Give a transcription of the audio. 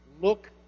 Look